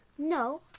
No